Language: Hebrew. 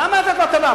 למה לתת לו הטבה?